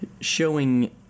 showing